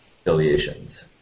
affiliations